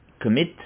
commit